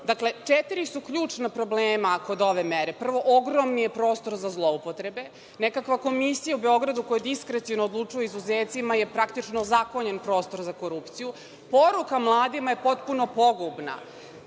radite. Četiri su ključna problema kod ove mere. Prvo, ogroman je prostor za zloupotrebe, nekakva komisija u Beogradu koja diskreciono odlučuje o izuzecima, je praktično ozakonjen prostor za korupciju, poruka mladima je potpuno pogubna.